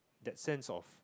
that sense of